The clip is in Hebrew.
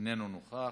איננו נוכח,